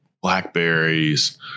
blackberries